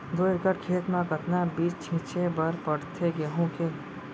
दो एकड़ खेत म कतना बीज छिंचे बर पड़थे गेहूँ के?